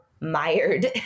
mired